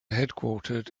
headquartered